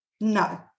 no